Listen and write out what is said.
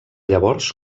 llavors